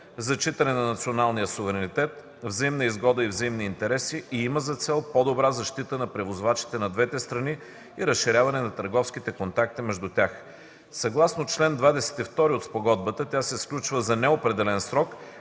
зачитане на националния суверенитет, взаимна изгода и взаимни интереси и има за цел по-добра защита на превозвачите на двете страни и разширяване на търговските контакти между тях. Съгласно чл. 22 от спогодбата тя се сключва за неопределен срок